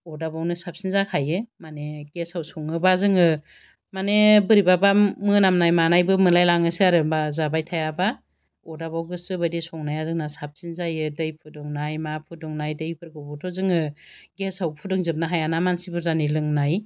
अरदाबावनो साबसिन जाखायो माने गेसाव सङोबा जोङो माने बोरैबाबा मोनामनाय मानायबो मोनलायलाङोसो आरो बा जाबाय थायाबा अरदाबाव गोसो बायदि संनाया जोंना साबसिन जायो दै फुदुंनाय मा फुदुंनाय दैफोरखौबोथ' जोङो गेसाव फुदुंजोबनो हायाना मानसि बुर्जानि लोंनाय